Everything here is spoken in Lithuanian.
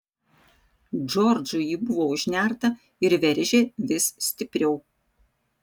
džordžui ji buvo užnerta ir veržė vis stipriau